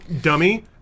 dummy